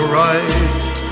right